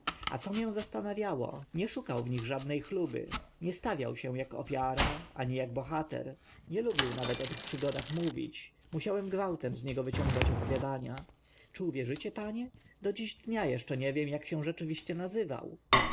a co mię zastanawiało nie szukał w nich żadne chluby nie stawiał się ak ofiara ani ak bohater nie lubił nawet o tych przygodach mówić musiałem gwałtem z niego wyciągać opowiadania czy uwierzycie panie do dziś dnia eszcze nie wiem ak się rzeczywiście nazywał